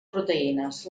proteïnes